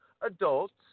adults